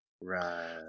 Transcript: Right